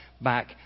back